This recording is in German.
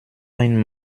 ein